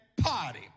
Party